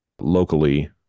locally